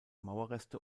mauerreste